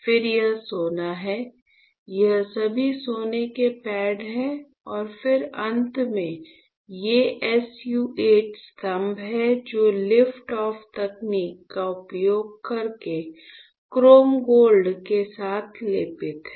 फिर यह सोना है ये सभी सोने के पैड हैं और फिर अंत में ये SU 8 स्तंभ हैं जो लिफ्ट ऑफ तकनीक का उपयोग करके क्रोम गोल्ड के साथ लेपित हैं